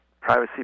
privacy